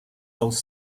those